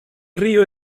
río